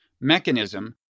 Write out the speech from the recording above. mechanism